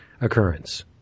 occurrence